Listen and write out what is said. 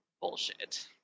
bullshit